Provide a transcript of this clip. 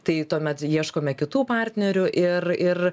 tai tuomet ieškome kitų partnerių ir ir